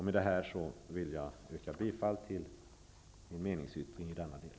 Med det här vill jag yrka bifall till min meningsyttring i denna del.